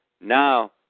Now